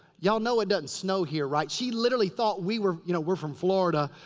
ya'll know it doesn't snow here, right? she literally thought we were. you know we're from florida.